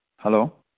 hello